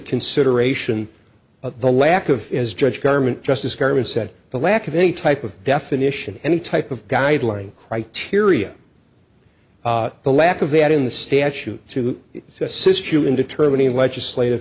consideration the lack of as judge government just as karen said the lack of any type of definition any type of guideline criteria the lack of that in the statute to assist you in determining legislative